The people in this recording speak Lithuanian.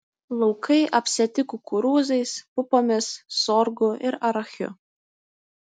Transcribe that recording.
laukai apsėti kukurūzais pupomis sorgu ir arachiu